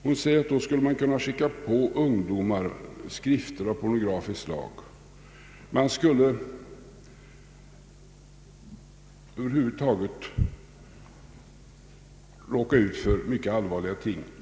Hon säger att i så fall skulle man kunna skicka på ungdomarna skrifter av pornografiskt slag. Man skulle över huvud taget råka ut för mycket allvarliga ting.